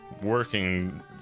working